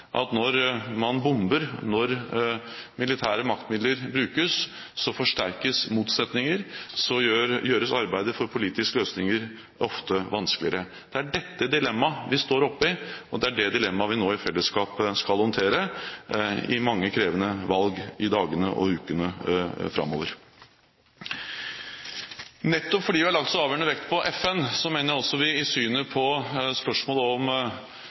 at når man bomber, når militære maktmidler brukes, forsterkes motsetninger, og arbeidet for politiske løsninger gjøres ofte vanskeligere. Det er dette dilemmaet vi står oppe i, og det er dette dilemmaet vi nå i fellesskap skal håndtere i mange krevende valg i dagene og ukene framover. Nettopp fordi vi har lagt så avgjørende vekt på FN, mener jeg også vi i synet på spørsmålet om